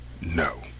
No